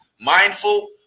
mindful